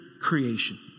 creation